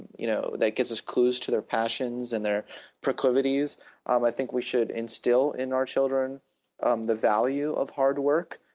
you know that gives us clues to their passions and their proclivities. and um i think we should instill in our children um the value of hard work,